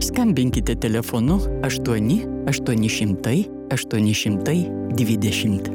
skambinkite telefonu aštuoni aštuoni šimtai aštuoni šimtai dvidešimt